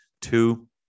Two